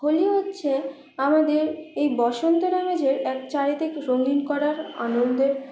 হোলি হচ্ছে আমাদের এই বসন্তের আমেজের এক চারিদিক রঙিন করার আনন্দের